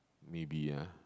maybe ah